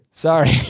Sorry